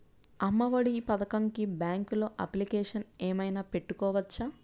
అమ్మ ఒడి పథకంకి బ్యాంకులో అప్లికేషన్ ఏమైనా పెట్టుకోవచ్చా?